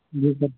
جی سر